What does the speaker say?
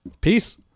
Peace